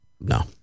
No